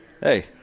Hey